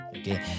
Okay